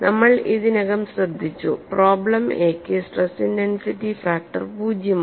നമ്മൾ ഇതിനകം ശ്രദ്ധിച്ചു പ്രോബ്ലം എക്ക് സ്ട്രെസ് ഇന്റെൻസിറ്റി ഫാക്ടർ പൂജ്യമാണ്